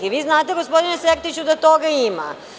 I vi znate gospodine Sertiću da toga ima.